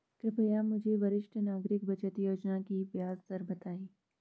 कृपया मुझे वरिष्ठ नागरिक बचत योजना की ब्याज दर बताएँ